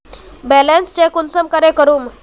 Balance check कुंसम करे करूम?